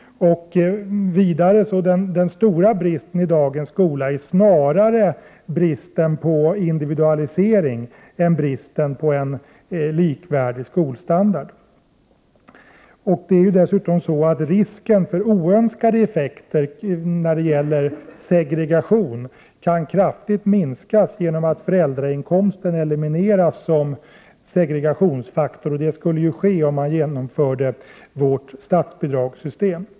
Vidare: Den stora bristen i dagens skola är snarare bristen på individualisering än bristen på en likvärdig skolstandard. Det är dessutom så att risken för oönskade effekter i form av segregegation kan kraftigt minskas genom att föräldrainkomsten elimineras som segregationsfaktor, och detta skulle ju bli fallet om man genomförde vårt statsbidragssystem.